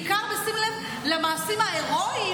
בעיקר בשים לב למעשים ההירואיים,